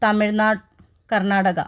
Tamil Nadu Karnataka